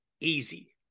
easy